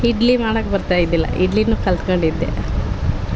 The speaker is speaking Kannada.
ಇಡ್ಲಿ ಮಾಡೋಕ್ ಬರ್ತಾ ಇದ್ದಿಲ್ಲ ಇಡ್ಲಿ ಕಲಿತ್ಕೊಂಡಿದ್ದೆ